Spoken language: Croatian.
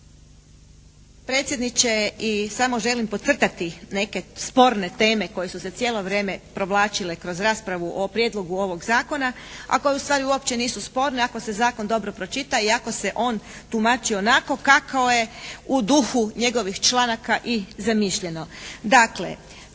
predsjedniče. I samo želim podcrtati neke sporne teme koje su se cijelo vrijeme provlačile kroz raspravu o prijedlogu ovog zakona, a koje ustvari uopće nisu sporne ako se zakon dobro pročita i ako se on tumači onako kako je u duhu njegovih članaka i zamišljeno.